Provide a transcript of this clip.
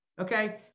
Okay